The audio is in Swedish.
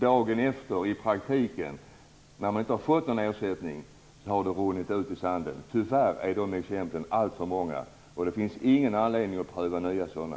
Dagen efter, i praktiken, när man inte har fått någon ersättning har de runnit ut i sanden. Tyvärr är de exemplen alltför många. Det finns ingen anledning att pröva nya sådana.